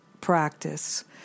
practice